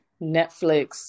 Netflix